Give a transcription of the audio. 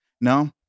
No